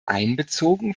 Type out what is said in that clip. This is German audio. einbezogen